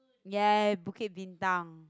ya Bukit-Bintang